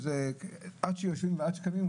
שעד שיושבים ועד שקמים,